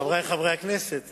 חברי חברי הכנסת,